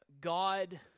God